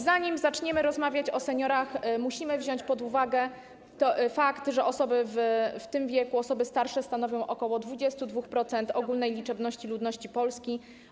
Zanim zaczniemy rozmawiać o seniorach, musimy wziąć pod uwagę fakt, że osoby w tym wieku, osoby starsze stanowią około 22% ogólnej liczebności ludności Polski.